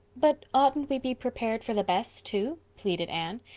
but oughtn't we be prepared for the best too? pleaded anne.